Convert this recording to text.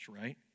right